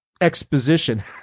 exposition